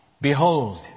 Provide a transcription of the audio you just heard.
Behold